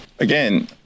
Again